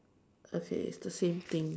okay it's the same thing